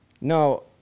No